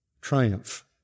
triumph